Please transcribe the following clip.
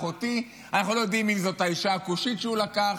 אחותי" אנחנו לא יודעים אם זו האישה הכושית שהוא לקח,